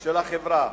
של החברה.